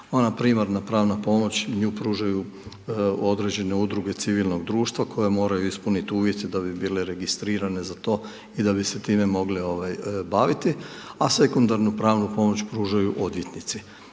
Ona primarna pravna pomoć, nju pružaju određene udruge civilnog društva koje moraju ispuniti uvjete da bi bile registrirane za to i da bi se time mogle baviti a sekundarnu pravnu pomoć pružaju odvjetnici